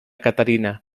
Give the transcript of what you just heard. caterina